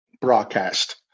broadcast